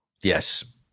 Yes